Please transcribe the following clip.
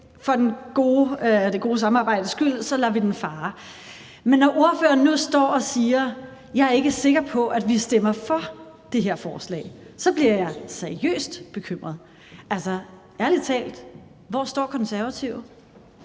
for det gode samarbejdes skyld lader vi den fare. Men når ordføreren nu står og siger, at han ikke er sikker på, at han stemmer for det her forslag, så bliver jeg seriøst bekymret. Ærlig talt, hvor står Konservative?